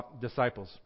disciples